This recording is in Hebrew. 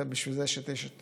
בשביל זה יש את 922,